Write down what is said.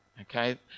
Okay